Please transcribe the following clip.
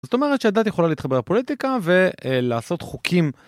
זאת אומרת שהדת יכולה להתחבר לפוליטיקה ואה...לעשות חוקים.